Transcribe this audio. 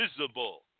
visible